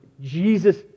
Jesus